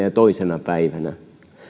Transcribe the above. ja kahdentenakymmenentenätoisena päivänä